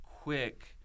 quick